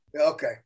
Okay